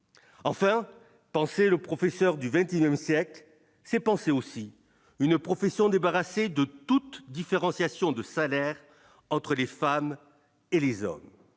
enfin penser le professeur du XXIe siècle, c'est penser aussi une profession débarrassé de toute différenciation de salaire entre les femmes et les hommes,